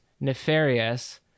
nefarious